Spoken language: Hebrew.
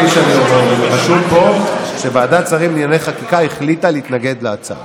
כתוב פה שוועדת השרים לענייני החקיקה החליטה להתנגד לחקיקה,